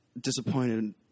disappointed